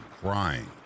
crying